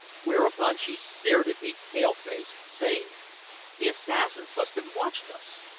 whereupon she stared at me pale-faced, saying the assassins must have watched us!